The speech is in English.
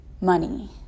money